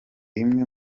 imwe